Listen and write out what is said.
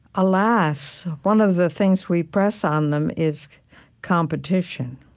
alas, one of the things we press on them is competition,